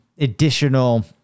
additional